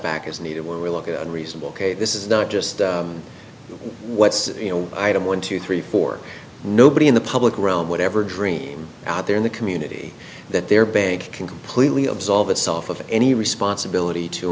back is needed when we look at a reasonable case this is just what's you know item one two three four nobody in the public realm whatever dream out there in the community that their bank can completely absolve itself of any responsibility to